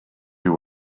you